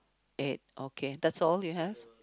eight okay that's all you have